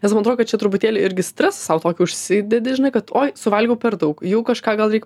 nes man atrodo kad čia truputėlį irgi stresą sau tokį užsidedi žinai kad oi suvalgiau per daug jau kažką gal reik